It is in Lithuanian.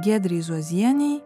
giedrei zuozienei